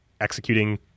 executing